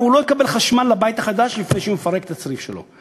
הוא לא יקבל חשמל לבית החדש לפני שהוא מפרק את הצריף שלו.